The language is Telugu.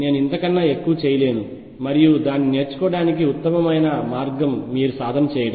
నేను ఇంతకన్నా ఎక్కువ చేయలేను మరియు దానిని నేర్చుకోవడానికి ఉత్తమ మార్గం మీరే సాధన చేయడం